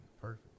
perfect